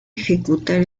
ejecutar